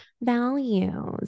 values